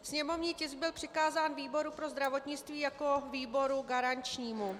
Sněmovní tisk byl přikázán výboru pro zdravotnictví jako výboru garančnímu.